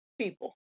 people